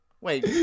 Wait